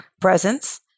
presence